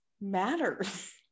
matters